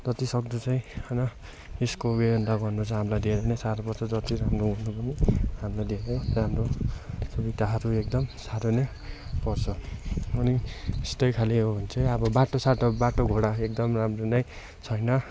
जतिसक्दो चाहिँ होइन यसको व्यवस्था गर्नु चाहिँ हामीलाई धेरै नै साह्रो पर्छ जति राम्रो हुँदा पनि हाम्रो धेरै राम्रो सुविधाहरू एकदम साह्रो नै पर्छ अनि उस्तै खाले हो भने चाहिँ अब बाटोसाटो बाटो घोडा एकदम राम्रो नै छैन